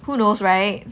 who knows right